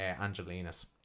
Angelina's